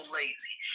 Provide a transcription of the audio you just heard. lazy